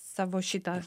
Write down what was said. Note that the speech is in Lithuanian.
savo šitą